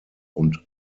und